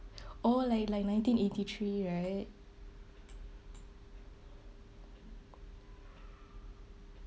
oh like like nineteen eighty three right